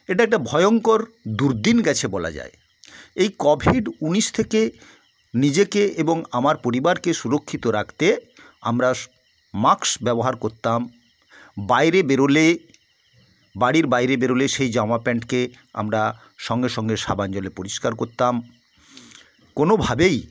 এটা একটা ভয়ঙ্কর দুর্দিন গেছে বলা যায় এই কভিড উনিশ থেকে নিজেকে এবং আমার পরিবারকে সুরক্ষিত রাখতে আমরা মাক্স ব্যবহার করতাম বাইরে বেরোলে বাড়ির বাইরে বেরোলে সেই জামা প্যান্টকে আমরা সঙ্গে সঙ্গে সাবান জলে পরিস্কার করতাম কোনোভাবেই